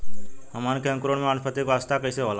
हमन के अंकुरण में वानस्पतिक अवस्था कइसे होला?